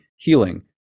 Healing